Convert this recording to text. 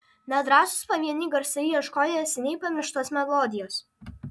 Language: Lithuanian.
nedrąsūs pavieniai garsai ieškojo seniai pamirštos melodijos